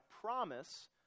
promise